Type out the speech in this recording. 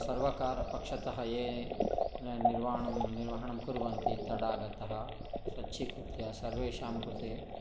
सर्वकारपक्षतः ये निर्वहणं निर्वहणं कुर्वन्ति तडागतः स्वच्छीकृत्य सर्वेषां कृते